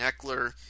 Eckler